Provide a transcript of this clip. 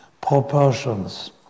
proportions